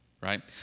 right